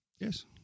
yes